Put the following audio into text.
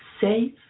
safe